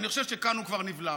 אני חושב שכאן הוא כבר נבלם.